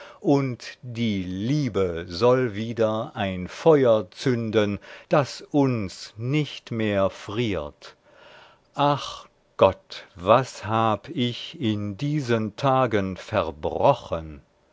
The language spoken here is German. die liebe soll wieder ein feuer zünden daß uns nicht mehr friert ach gott was hab ich in diesen tagen verbrochen